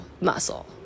muscle